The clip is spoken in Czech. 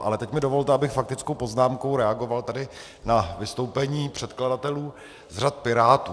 Ale teď mi dovolte, abych faktickou poznámkou reagoval tady na vystoupení předkladatelů z řad Pirátů.